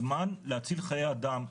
הזמן להציל חיי אדם,